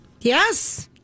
Yes